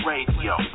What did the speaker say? Radio